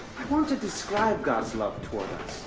i want to describe god's love toward us.